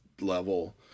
level